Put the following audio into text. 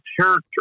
character